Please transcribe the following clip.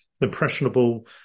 Impressionable